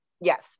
Yes